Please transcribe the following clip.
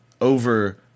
over